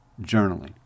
journaling